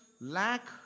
lack